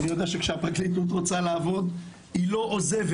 אני יודע שכשהפרקליטות רוצה לעבוד היא לא עוזבת,